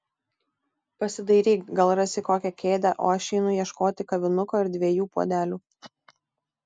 pasidairyk gal rasi kokią kėdę o aš einu ieškoti kavinuko ir dviejų puodelių